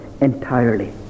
entirely